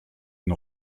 une